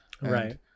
Right